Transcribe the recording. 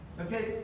Okay